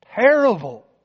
terrible